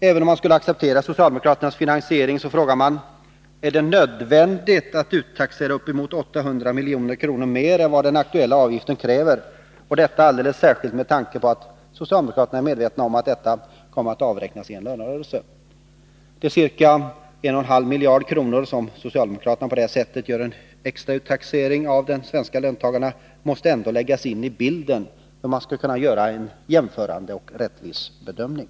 Även om man skulle acceptera socialdemokraternas finansiering, uppkommer frågan: Är det nödvändigt att uttaxera uppemot 800 milj.kr. mer än vad den aktuella avgiften kräver, och detta alldeles särskilt med tanke på att socialdemokraterna är medvetna om att detta kommer att avräknas i en lönerörelse? De ca 1,5 miljarder kronor som socialdemokraterna på det här sättet taxerar ut extra av de svenska löntagarna måste ändå läggas in i bilden för att vi skall kunna göra en jämförande och rättvis bedömning.